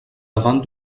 davant